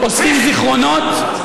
אוספים זיכרונות,